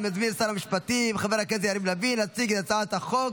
אני מזמין את שר המשפטים חבר הכנסת יריב לוין להציג את הצעת החוק,